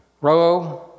row